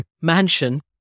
mansion